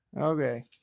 Okay